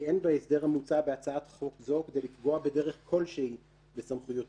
כי אין בהסדר המוצע בהצעת חוק זו כדי לפגוע בדרך כלשהי בסמכויותיו